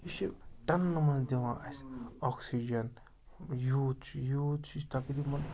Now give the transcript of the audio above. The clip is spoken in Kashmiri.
یہِ چھِ ٹنٛنہٕ منٛز دِوان اَسہِ آکسیٖجَن یوٗتھ چھُ یوٗتھ چھُ یہِ چھِ تَقریٖباً